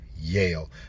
Yale